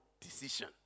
decision